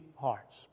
hearts